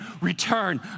return